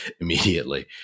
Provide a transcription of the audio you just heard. immediately